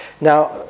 now